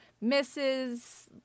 misses